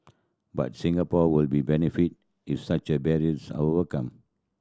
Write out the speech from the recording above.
but Singapore would be benefit if such a barriers overcome